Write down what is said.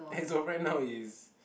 as of right now is